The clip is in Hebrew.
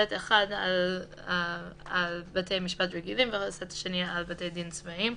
סט אחד על בתי משפט רגילים והסט השני על בתי דין צבאיים.